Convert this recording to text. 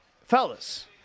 Fellas